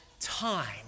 time